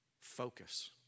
Focus